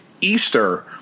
Easter